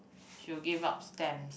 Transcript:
she will give out stamps